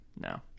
No